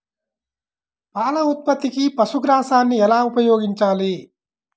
పాల ఉత్పత్తికి పశుగ్రాసాన్ని ఎలా ఉపయోగించాలి?